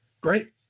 great